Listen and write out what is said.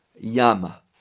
Yama